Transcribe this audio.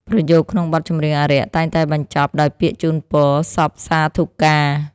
ប្រយោគក្នុងបទចម្រៀងអារក្ស តែងតែបញ្ចប់ដោយពាក្យជូនពរសព្វសាធុការ។